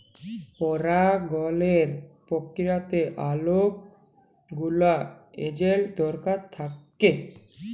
পরাগায়লের পক্রিয়াতে অলেক গুলা এজেল্ট দরকার থ্যাকে